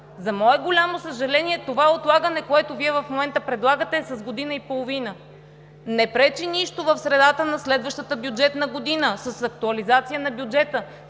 За мое голямо съжаление, това отлагане, което Вие в момента предлагате, е с година и половина. Не пречи нищо в средата на следващата бюджетна година с актуализация на бюджета,